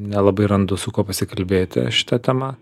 nelabai randu su kuo pasikalbėti šita tema